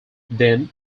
then